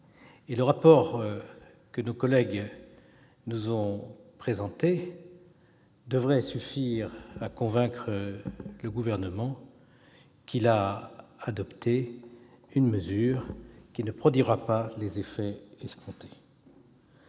Le rapport que nos collègues nous ont présenté devrait suffire à convaincre le Gouvernement qu'il a adopté une mesure qui ne produira pas les effets escomptés.